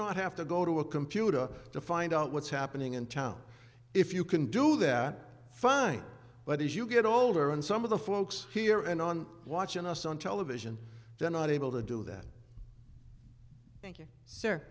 not have to go to a computer to find out what's happening in town if you can do that fine but as you get older and some of the folks here and on watching us on television they're not able to do that